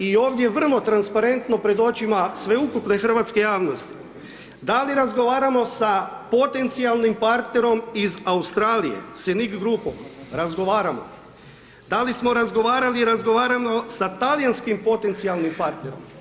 I ovdje vrlo transparentno pred očima sveukupne hrvatske javnosti, da li razgovaramo sa potencijalnim partnerom iz Australije, Scenic grupom, razgovaramo, da li smo razgovarali i razgovaramo sa talijanskim potencijalnim partnerom?